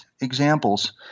examples